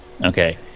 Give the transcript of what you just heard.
Okay